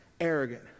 arrogant